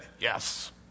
yes